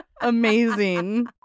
Amazing